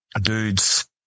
dudes